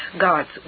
God's